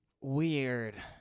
Weird